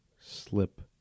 slip